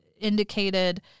indicated